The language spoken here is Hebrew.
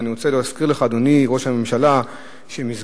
ואני רוצה להזכיר לך,